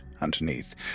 underneath